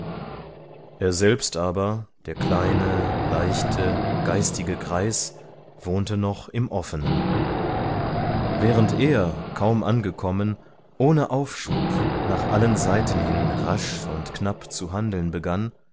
er selbst aber der kleine leichte geistige greis wohnte noch im offenen während er kaum angekommen ohne aufschub nach allen seiten hin rasch und knapp zu handeln begann